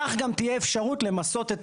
כך גם תהיה אפשרות למסות,